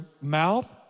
mouth